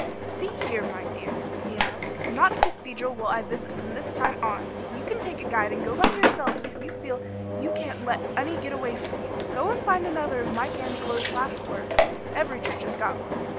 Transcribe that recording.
see here, my dears, he announced, not a cathedral will i visit from this time on! you can take a guide and go by yourselves if you feel you can't let any get away from you. go and find another of mike angelo's last work every church has got one.